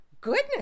Goodness